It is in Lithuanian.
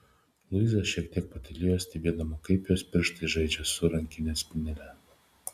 luiza šiek tiek patylėjo stebėdama kaip jos pirštai žaidžia su rankinės spynele